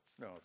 No